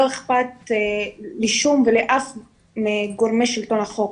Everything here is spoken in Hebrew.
לא אכפת לאף אחד מגורמי שלטון החוק.